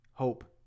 Hope